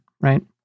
right